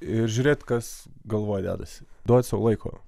ir žiūrėt kas galvoj dedasi duot sau laiko